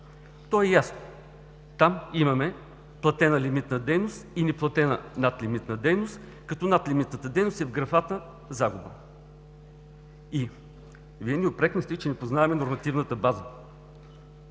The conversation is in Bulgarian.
То е ясно. Там имаме платена лимитна дейност и неплатена над лимитна дейност, като над лимитната дейност е в графата „загуба“. Вие ме упреквахте, че не познавам нормативната база.